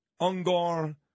Ungar